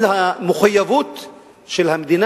גם הממשלה